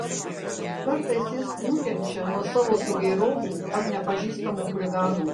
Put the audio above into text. kartais jis nukenčia nuo savo sugėrovų ar nepažįstamų chuliganų